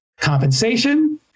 compensation